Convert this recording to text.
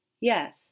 Yes